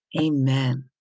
amen